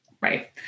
Right